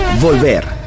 Volver